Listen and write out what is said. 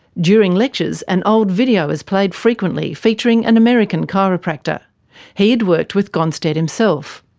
during lectures an old video is played frequently featuring an american chiropractor. he had worked with gonstead himself.